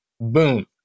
boom